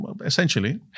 essentially